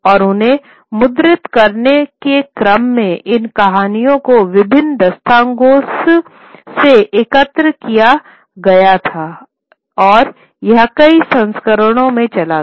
और उन्हें मुद्रित करने के क्रम में इन कहानियों को विभिन्न दास्तानगोस से एकत्र किया गया था और यह कई संस्करणों में चला गया